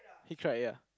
he cried ya